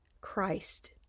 Christ